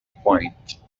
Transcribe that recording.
point